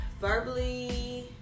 Verbally